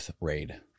raid